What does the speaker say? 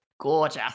gorgeous